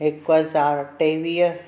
हिकु हज़ार टेवीह